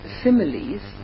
similes